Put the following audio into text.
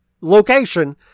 location